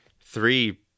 three